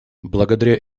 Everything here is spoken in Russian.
благодаря